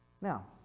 Now